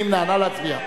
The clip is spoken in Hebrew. להצביע.